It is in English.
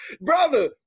Brother